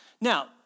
Now